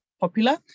popular